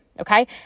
okay